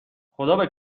خدابه